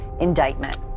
indictment